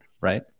right